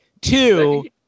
Two